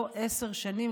או 10 שנים,